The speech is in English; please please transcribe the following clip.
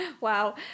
Wow